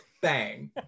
bang